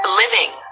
living